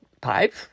pipe